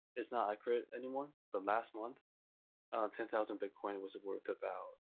it's not accurate anymore, but last month ten thousand bitcoin was worth about,